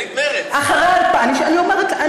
אחרי, תשאלי את מרצ.